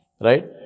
right